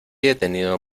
detenido